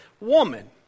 woman